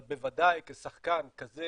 אבל בוודאי כשחקן כזה